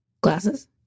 Glasses